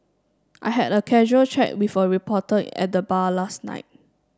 I had a casual chat with a reporter at the bar last night